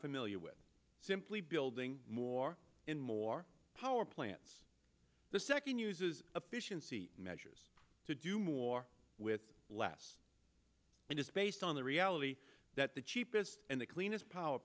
familiar with simply building more and more power plants the second uses a fission see measures to do more with less and it's based on the reality that the cheapest and the cleanest power